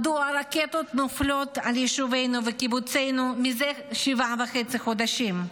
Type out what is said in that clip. מדוע רקטות נופלות על יישובינו וקיבוצינו זה שבעה חודשים וחצי?